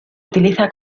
utiliza